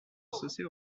associés